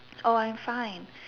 oh I am fine